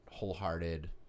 Wholehearted